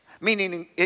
Meaning